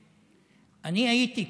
אני הייתי כאן,